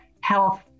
health